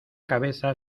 cabeza